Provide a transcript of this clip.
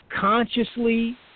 consciously